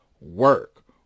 work